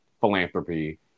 philanthropy